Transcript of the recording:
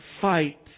fight